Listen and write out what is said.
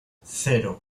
cero